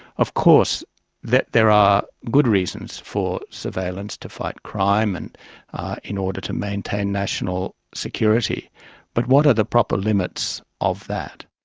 of course there are good reasons for surveillance to fight crime and in order to maintain national security but what are the proper limits of that?